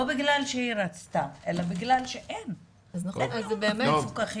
לא בגלל שהיא רצתה אלא בגלל שאין מעונות מפוקחים,